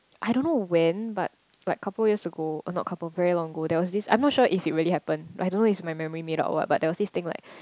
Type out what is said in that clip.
I don't know when but like couple years ago uh not couple very long ago there was this I'm not sure if it really happen I don't know is my memory made out what but there was this thing like